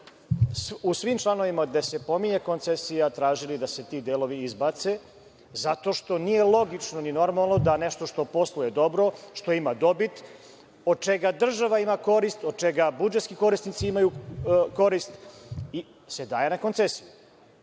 u svim članovima gde se pominje koncesija tražili da se ti delovi izbaci, jer nije logično, ni normalno da nešto što posluje dobro, što ima dobit, od čega država ima korist, od čega budžetski korisnici imaju korist se daje na koncesiju.